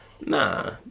Nah